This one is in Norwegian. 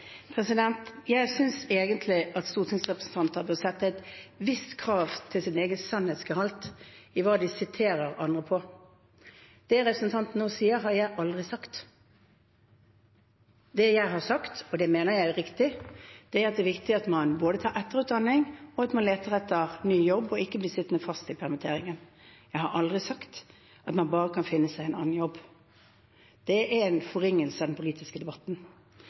Jeg synes egentlig at stortingsrepresentanter bør stille et visst krav til sannhetsgehalten i det de siterer andre på. Det representanten nå sier, har jeg aldri sagt. Det jeg har sagt – og det mener jeg er riktig – er at det er viktig at man både tar etterutdanning, og at man leter etter ny jobb og ikke blir sittende fast i permitteringen. Jeg har aldri sagt at man bare kan finne seg en annen jobb. Det er en forringelse av den politiske debatten.